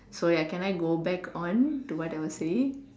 so ya can I go back on to what I was saying